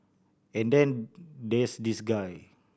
and then there's this guy